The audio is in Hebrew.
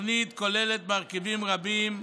התוכנית כוללת מרכיבים רבים,